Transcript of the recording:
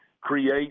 create